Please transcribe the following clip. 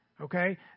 okay